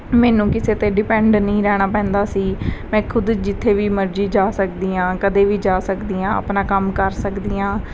ਮੈਨੂੰ ਕਿਸੇ 'ਤੇ ਡਿਪੈਂਡ ਨਹੀਂ ਰਹਿਣਾ ਪੈਂਦਾ ਸੀ ਮੈਂ ਖੁਦ ਜਿੱਥੇ ਵੀ ਮਰਜ਼ੀ ਜਾ ਸਕਦੀ ਹਾਂ ਕਦੇ ਵੀ ਜਾ ਸਕਦੀ ਹਾਂ ਆਪਣਾ ਕੰਮ ਕਰ ਸਕਦੀ ਹਾਂ